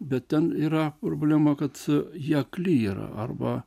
bet ten yra problema kad jie akliyra arba